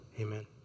Amen